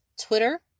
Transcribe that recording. Twitter